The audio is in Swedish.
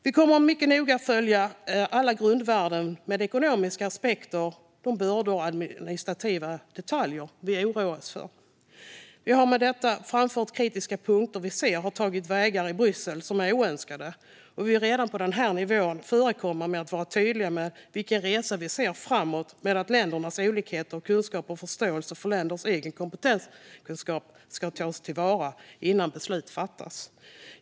Vi kommer mycket noga att följa alla grundvärden med ekonomiska aspekter och de bördor och administrativa detaljer vi oroas för. Vi har med detta framfört de kritiska punkter som vi ser har tagit vägar i Bryssel som är oönskade. Vi vill redan på den här nivån förekomma med att vara tydliga med vilken resa vi ser framåt med att ländernas olikheter och kunskap och förståelse för länders egen kompetenskunskap ska tas till vara innan beslut fattas.